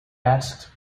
asked